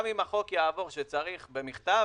גם אם החוק יעבור כך שצריך להיות מכתב,